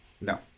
No